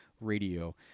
Radio